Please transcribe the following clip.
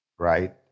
Right